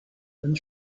and